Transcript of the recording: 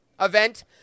Event